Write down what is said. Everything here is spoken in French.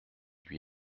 lui